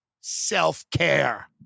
self-care